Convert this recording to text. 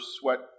sweat